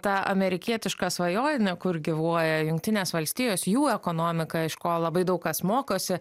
ta amerikietiška svajonė kur gyvuoja jungtinės valstijos jų ekonomika iš ko labai daug kas mokosi